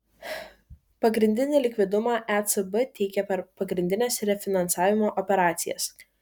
pagrindinį likvidumą ecb teikia per pagrindines refinansavimo operacijas